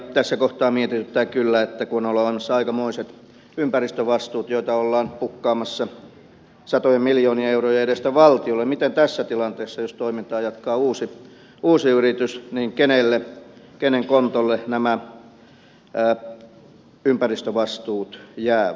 tässä kohtaa mietityttää kyllä että kun on olemassa aikamoiset ympäristövastuut joita ollaan pukkaamassa satojen miljoonien eurojen edestä valtiolle niin kenen kontolle tässä tilanteessa jos toimintaa jatkaa uusi yritys nämä ympäristövastuut jäävät